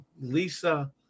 Lisa